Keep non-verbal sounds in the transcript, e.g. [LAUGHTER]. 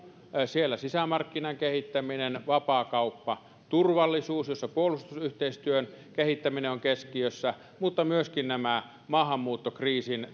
eli sisämarkkinan kehittäminen ja vapaakauppa turvallisuus jossa puolustusyhteistyön kehittäminen on keskiössä mutta myöskin nämä maahanmuuttokriisin [UNINTELLIGIBLE]